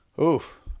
Oof